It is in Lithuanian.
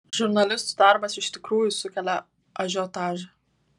žurnalistų darbas iš tikrųjų sukelia ažiotažą